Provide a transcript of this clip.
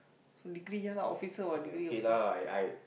so degree ya lah officer what degree of course